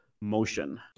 motion